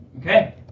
Okay